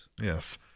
yes